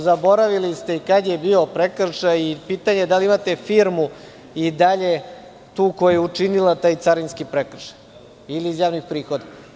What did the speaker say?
Zaboravili ste i kada je bio prekršaj i pitanje je da li imate firmu i dalje tu koja je učinila taj carinski prekršaj, ili iz javnih prihoda.